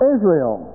Israel